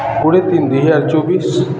କୋଡ଼ିଏ ତିନି ଦୁଇହଜାର ଚବିଶ